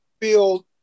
feel